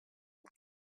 vous